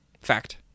Fact